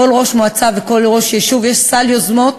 לכל ראש מועצה ולכל ראש יישוב יש סל יוזמות